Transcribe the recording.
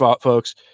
folks